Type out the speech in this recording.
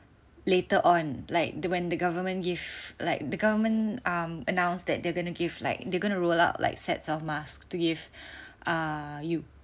later on like the when the government give like the government um announced that they're going to give like they're gonna roll out like sets of masks to give uh you